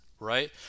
Right